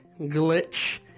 glitch